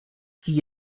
qui